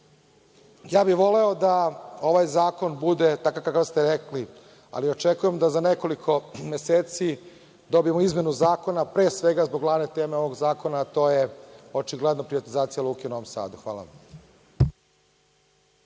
bih voleo da ovaj Zakon bude takav kakav ste rekli, ali očekujem da za nekoliko meseci dobijemo izmenu zakona, pre svega zbog glavne teme ovog Zakona, a to je očigledno privatizacija Luke u Novom Sadu. Hvala